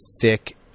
thick